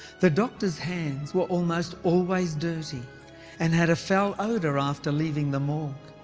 the doctors hands were almost always dirty and had a foul odour after leaving the morgue.